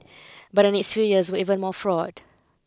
but the next few years were even more fraught